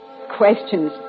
questions